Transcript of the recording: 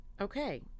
Okay